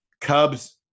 Cubs